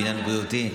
בעניין בריאותי?